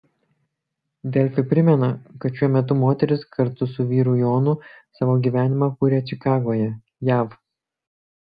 delfi primena kad šiuo metu moteris kartu su vyru jonu savo gyvenimą kuria čikagoje jav